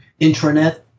intranet